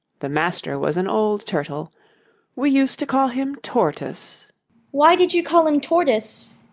the master was an old turtle we used to call him tortoise why did you call him tortoise,